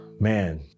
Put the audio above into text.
man